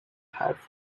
حرف